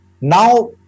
Now